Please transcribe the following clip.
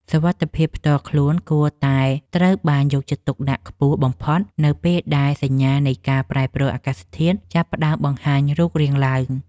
សុវត្ថិភាពផ្ទាល់ខ្លួនគួរតែត្រូវបានយកចិត្តទុកដាក់ខ្ពស់បំផុតនៅពេលដែលសញ្ញានៃការប្រែប្រួលអាកាសធាតុចាប់ផ្តើមបង្ហាញរូបរាងឡើង។